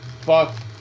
fuck